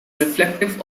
reflective